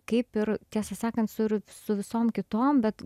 kaip ir tiesą sakant su ir su visom kitom bet